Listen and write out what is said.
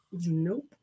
Nope